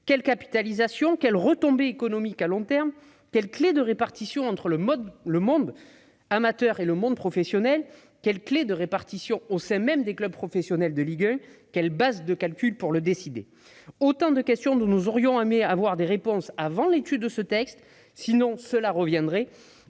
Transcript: Quelle capitalisation et quelles retombées économiques à long terme ? Quelle clé de répartition entre le monde amateur et le monde professionnel et au sein même des clubs professionnels de ligue 1 ? Quelle base de calcul pour le décider ? Autant de questions auxquelles nous aurions aimé avoir des réponses avant l'examen de ce texte. Cela revient